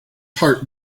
heart